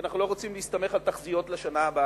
כי אנחנו לא רוצים להסתמך על תחזיות לשנה הבאה,